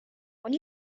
when